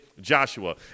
Joshua